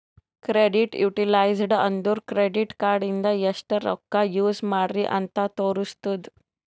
credit utilized ಅಂದುರ್ credit card ಇಂದ ಎಸ್ಟ್ ರೊಕ್ಕಾ ಯೂಸ್ ಮಾಡ್ರಿ ಅಂತ್ ತೋರುಸ್ತುದ್